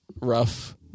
rough